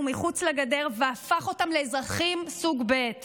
מחוץ לגדר והפך אותם לאזרחים סוג ב';